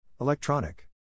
Electronic